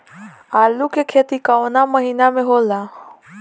आलू के खेती कवना महीना में होला?